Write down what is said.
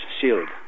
sealed